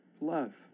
love